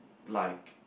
like